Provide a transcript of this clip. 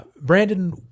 Brandon